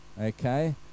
okay